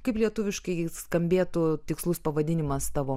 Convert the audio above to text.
kaip lietuviškai skambėtų tikslus pavadinimas tavo